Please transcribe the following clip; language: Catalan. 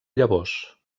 llavors